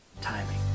timing